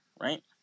right